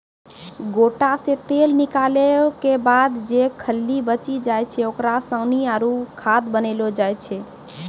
गोटा से तेल निकालो के बाद जे खल्ली बची जाय छै ओकरा सानी आरु खाद बनैलो जाय छै